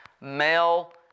Male